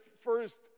first